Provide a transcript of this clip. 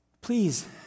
please